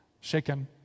shaken